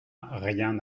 rien